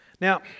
Now